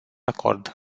acord